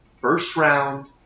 first-round